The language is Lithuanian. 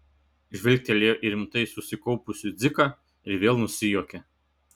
žvilgtelėjo į rimtai susikaupusį dziką ir vėl nusijuokė